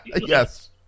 yes